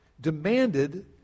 demanded